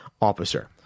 officer